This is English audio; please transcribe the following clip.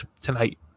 tonight